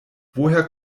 woher